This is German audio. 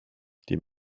die